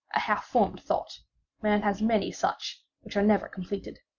a half formed thought man has many such which are never completed.